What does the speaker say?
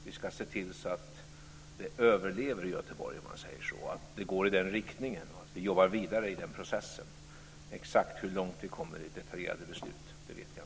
Vi ska se till så att det överlever Göteborg, om man säger så, att det går i den riktningen och att vi jobbar vidare i den processen. Exakt hur långt vi kommer i detaljerade beslut vet jag inte i dag.